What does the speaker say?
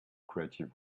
creative